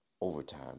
overtime